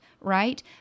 right